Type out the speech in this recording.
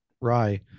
rye